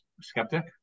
skeptic